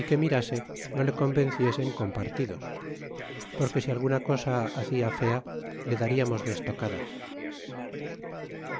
y que mirase no le convenciesen con partidos porque si alguna cosa hacia fea le dariarnos de estocadas